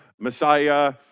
Messiah